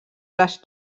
les